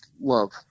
love